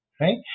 Right